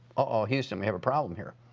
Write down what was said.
ah houston, we have a problem here.